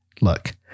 look